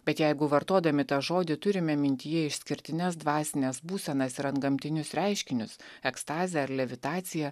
bet jeigu vartodami tą žodį turime mintyje išskirtines dvasines būsenas ir antgamtinius reiškinius ekstazę ar levitaciją